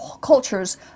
cultures